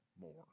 more